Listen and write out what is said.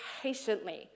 patiently